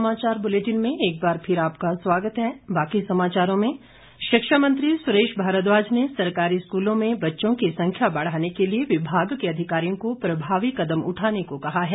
सुरेश भारद्वाज शिक्षा मंत्री सुरेश भारद्वाज ने सरकारी स्कूलों में बच्चों की संख्या बढ़ाने के लिए विभाग के अधिकारियों को प्रभावी कदम उठाने को कहा हैं